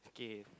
okay